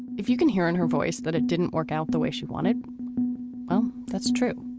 if you can hear in her voice that it didn't work out the way she wanted well that's true